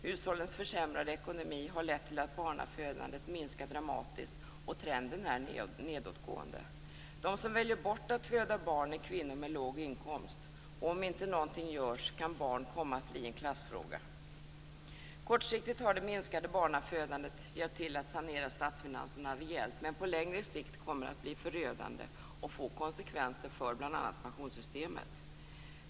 Hushållens försämrade ekonomi har lett till att barnafödandet minskar dramatiskt, och trenden är nedåtgående. De som väljer bort att föda barn är kvinnor med låg inkomst. Om inte någonting görs kan barn komma att bli en klassfråga. Kortsiktigt har det minskade barnafödandet hjälpt till att sanera statsfinanserna rejält. Men på längre sikt kommer det att bli förödande och få konsekvenser för bl.a. pensionssystemet.